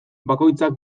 bakoitzak